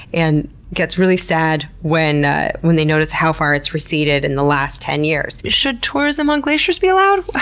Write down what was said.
and gets really sad when ah when they notice how far it's receded in the last ten years. should tourism on glaciers be allowed?